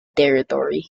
territory